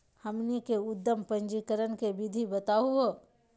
हमनी के उद्यम पंजीकरण के विधि बताही हो?